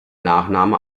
nachname